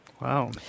Wow